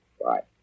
Right